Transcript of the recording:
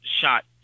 shot